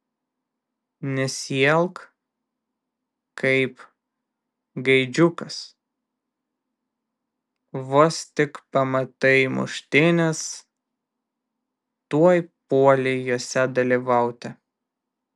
nesielk kaip gaidžiukas vos tik pamatai muštynes tuoj puoli jose dalyvauti